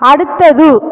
அடுத்தது